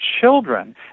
children